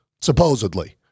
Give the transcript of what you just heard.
supposedly